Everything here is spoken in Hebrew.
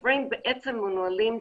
הדברים בעצם מנוהלים תגובתית.